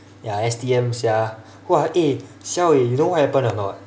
ya S_T_M sia !wah! eh siao eh you know what happened or not